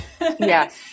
Yes